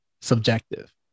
subjective